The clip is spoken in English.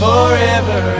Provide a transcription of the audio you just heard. Forever